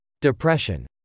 depression